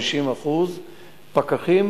50% פקחים,